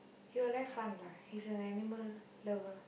he will have fun lah he's a animal lover